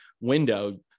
window